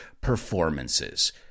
performances